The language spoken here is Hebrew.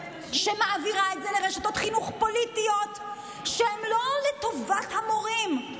שמעבירה את זה לרשתות חינוך פוליטיות שהן לא לטובת המורים.